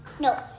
No